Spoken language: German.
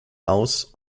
aus